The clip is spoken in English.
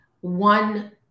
one